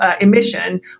emission